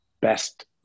best